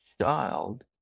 child